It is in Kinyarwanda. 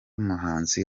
muhanzi